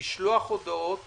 משלוח הודעות